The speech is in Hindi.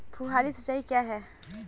फुहारी सिंचाई क्या है?